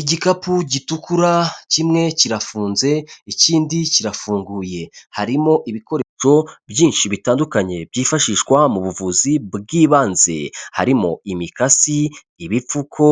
Igikapu gitukura kimwe kirafunze, ikindi kirafunguye, harimo ibikoresho byinshi bitandukanye byifashishwa mu buvuzi bw'ibanze, harimo imikasi, ibipfuko,